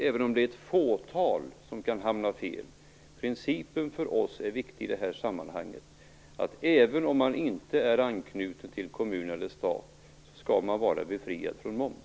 Även om det är ett fåtal som kan hamna fel är principen viktig för oss i det här sammanhanget. Även om man inte är anknuten till kommun eller stat skall man vara befriad från moms.